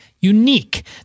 unique